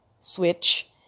switch